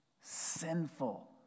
Sinful